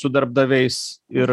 su darbdaviais ir